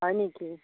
হয় নেকি